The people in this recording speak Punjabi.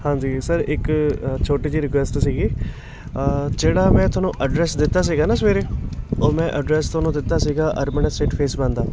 ਹਾਂਜੀ ਸਰ ਛੋਟੀ ਜਿਹੀ ਰਿਕੁਐਸਟ ਸੀਗੀ ਜਿਹੜਾ ਮੈਂ ਤੁਹਾਨੂੰ ਐਡਰੈਸ ਦਿੱਤਾ ਸੀਗਾ ਨਾ ਸਵੇਰੇ ਉਹ ਮੈਂ ਐਡਰੈਸ ਤੁਹਾਨੂੰ ਦਿੱਤਾ ਸੀਗਾ ਅਰਬਨ ਅਸਟੇਟ ਫੇਸ ਵੰਨ ਦਾ